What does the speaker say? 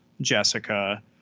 Jessica